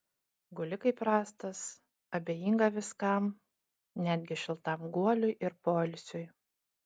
guli kaip rąstas abejinga viskam netgi šiltam guoliui ir poilsiui